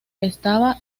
estaba